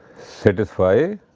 satisfy